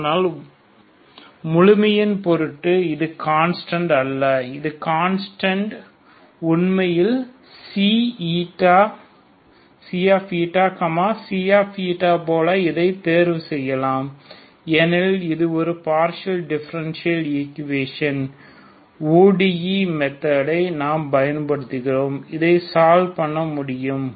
ஆனால் முழுமையின் பொருட்டு இது கன்ஸ்டன்ட் அல்ல இதன் கான்ஸ்டன்ட் உண்மையில் C C போல இதை தேர்வு செய்யலாம் ஏனெனில் இது ஒரு பார்ஷியல் டிபரன்ஷியல் ஈக்குவேஷன் ODE மெத்தாடை நாம் பயன்படுத்துகிறோம் இதை சால்வ் பண்ண முடியும்